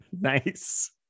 Nice